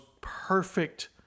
perfect